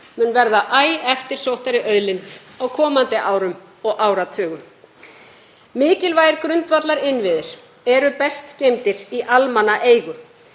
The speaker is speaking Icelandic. mun verða æ eftirsóttari auðlind á komandi árum og áratugum. Mikilvægir grundvallarinnviðir eru best geymdir í almannaeigu,